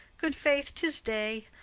good faith, tis day.